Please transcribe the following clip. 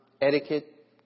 etiquette